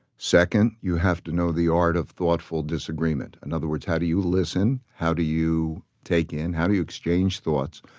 second, you have to know the art of thoughtful disagreement. in and other words, how do you listen, how do you take in, how do you exchange thoughts,